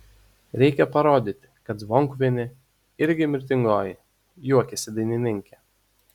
reikia parodyti kad zvonkuvienė irgi mirtingoji juokėsi dainininkė